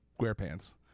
SquarePants